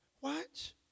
Watch